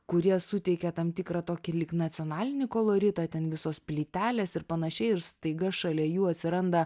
kurie suteikia tam tikrą tokį lyg nacionalinį koloritą ten visos plytelės ir panašiai ir staiga šalia jų atsiranda